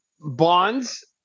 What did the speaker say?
bonds